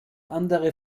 andere